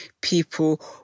people